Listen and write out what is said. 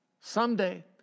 Someday